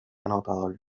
anotador